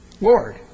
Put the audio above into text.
Lord